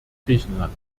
griechenland